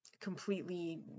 completely